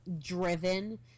driven